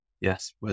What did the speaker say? Yes